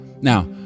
Now